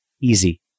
Easy